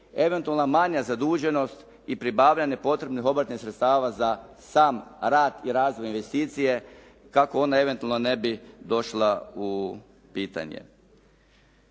eventualna manja zaduženost i pribavljanje potrebnih obrtnih sredstava za sam rad i razvoj investicije kako one eventualno ne bi došle u pitanje.